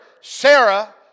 Sarah